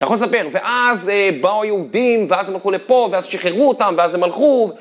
אני יכול לספר, ואז באו היהודים, ואז הם הלכו לפה, ואז שחררו אותם, ואז הם הלכו.